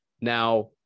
Now